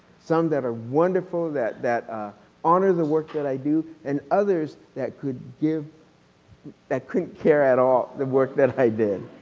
some that are wonderful that that ah honor the work that i do and others that could give that couldn't care at all the work that i did,